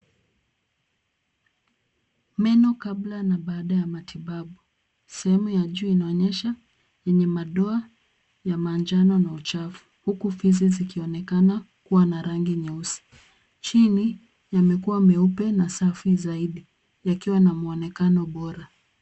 Meno kabla na baada ya matibabu. Sehemu ya juu inaonyesha yenye madoa ya manjano na uchafu huku fizi zikionekana kuwa na rangi nyeusi. Chini, yamekuwa meupe na safi zaidi yakiwa na mwonekano bora.